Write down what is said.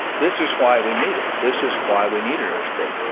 this is why we need it. this is why we need it in our state.